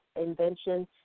invention